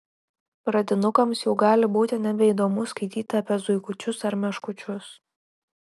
pradinukams jau gali būti nebeįdomu skaityti apie zuikučius ar meškučius